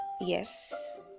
yes